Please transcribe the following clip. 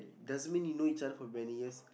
doesn't mean you know each other for many years